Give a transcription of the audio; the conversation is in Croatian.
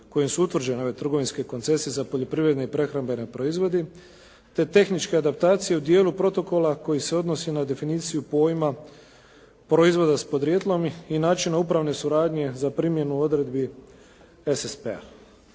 kojem su utvrđene ove trgovinske koncesije za poljoprivredne i prehrambene proizvode, te tehničke adaptacije u dijelu protokola koji se odnosi na definiciju pojma proizvoda s podrijetlom i načina upravne suradnje za primjenu odredbi SSP-a.